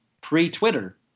pre-Twitter